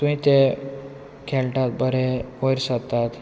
थंय ते खेळटात बरे वयर सरतात